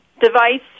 device